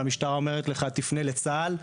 והמשטרה אומרת לך - תפנה לצה"ל,